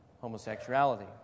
homosexuality